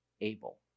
able